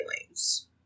feelings